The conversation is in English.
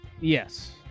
yes